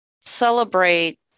celebrate